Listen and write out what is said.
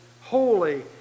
holy